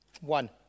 One